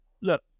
look